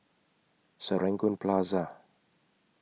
Serangoon Plaza